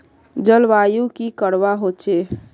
जलवायु की करवा होचे?